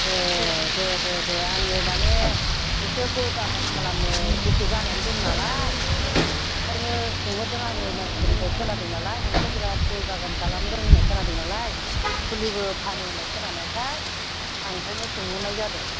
ए दे दे दे आङो माने एसे गय बागान खालामनो गोसो जानानै दं नालाय ओंखायनो सोंहरदों आङो मानसिफोरनिफ्राय खोनादों नालाय नोंखौ बिराद गय बागान खालामदों होन्नाय खोनादों नालाय फुलिबो फानो होन्नाय खोनानायखाय आं ओंखायनो सोंहरनाय जादों